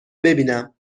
ببینم